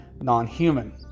non-human